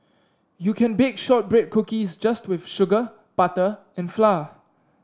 you can bake shortbread cookies just with sugar butter and flour